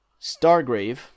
Stargrave